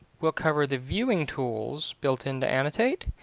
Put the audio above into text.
we'll cover the viewing tools built into annotate,